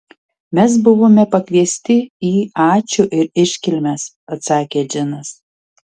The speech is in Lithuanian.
mes buvome pakviesti į ačiū ir iškilmes atsakė džinas